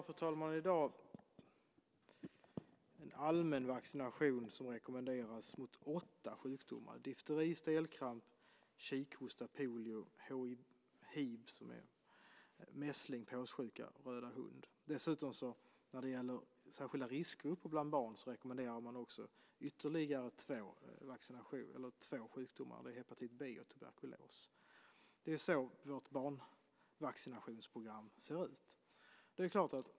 Fru talman! Vi har i dag en allmän vaccination som rekommenderas mot åtta sjukdomar, nämligen difteri, stelkramp, kikhosta, polio, haemophilus influenzae, mässling, påssjuka och röda hund. Dessutom när det gäller särskilda riskgrupper bland barn rekommenderas också vaccination mot ytterligare två sjukdomar, nämligen hepatit B och tuberkulos. Det är så vårt barnvaccinationsprogram ser ut.